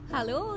Hello